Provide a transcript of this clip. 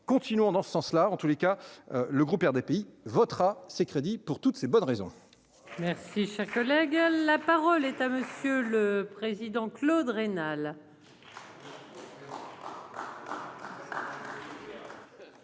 continuons dans ce sens-là en tous les cas, le groupe RDPI votera ces crédits pour toutes ces bonnes raisons. Merci, cher collègue, la parole est à monsieur le président, Claude.